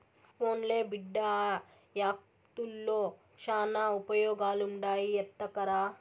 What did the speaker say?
పోన్లే బిడ్డా, ఆ యాకుల్తో శానా ఉపయోగాలుండాయి ఎత్తకరా